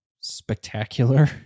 spectacular